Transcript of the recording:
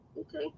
Okay